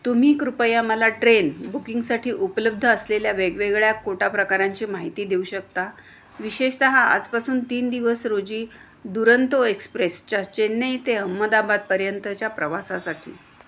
तुम्ही कृपया मला ट्रेन बुकिंगसाठी उपलब्ध असलेल्या वेगवेगळ्या कोटा प्रकारांची माहिती देऊ शकता विशेषतः आजपासून तीन दिवस रोजी दुरंतो एक्सप्रेसच्या चेन्नई ते अहमदाबादपर्यंतच्या प्रवासासाठी